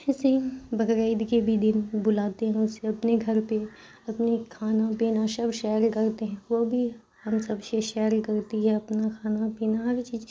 ایسے ہی بکرعید کے بھی دن بلاتے ہیں اسے اپنے گھل پہ اپنے کھانا پینا شب شیئر کرتے ہیں وہ بھی ہم سب سے شیئر کرتی ہے اپنا خانا پینا ہر چیز